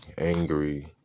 angry